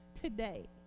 today